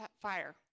fire